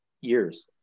years